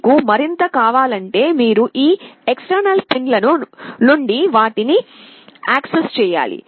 మీకు మరింత కావాలంటే మీరు ఈ ఎక్స్టర్నల్ పిన్ల నుండి వాటిని యాక్సెస్ చేయాలి